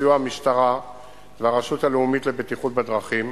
בסיוע המשטרה והרשות הלאומית לבטיחות בדרכים,